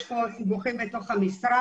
יש פה בוחן בתוך המשרד,